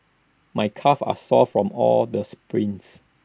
my calves are sore from all the sprints